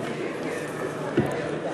חברי הכנסת,